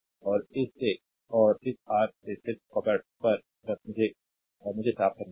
और इस से और इस आर से यह सिर्फ पकड़ पर है बस पकड़ मुझे इसे साफ करने दें